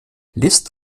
list